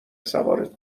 سوارت